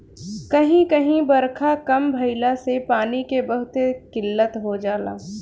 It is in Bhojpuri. कही कही बारखा कम भईला से पानी के बहुते किल्लत हो जाला